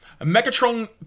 Megatron